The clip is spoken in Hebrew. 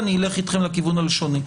אני אלך אתכם לכיוון הלשוני.